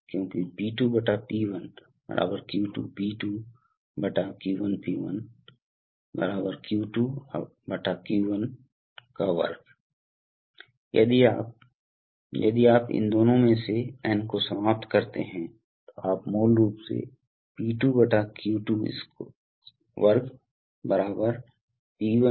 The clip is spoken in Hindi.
और दूसरी बात यह है कि अगर यहां दबाव है तो भी मान लीजिए कि यह 300 psi बस है इसलिए यहां तक कि दबाव 300 psi प्लस माइनस में बदलता है तो हम कहते हैं कि प्लस माइनस 50 psi दबाव यहाँ है भले ही यह ऊपर और नीचे चला जाए यहाँ दबाव रेगुलेटर् द्वारा विनियमित किया जा रहा है बिल्कुल 60 psi के करीब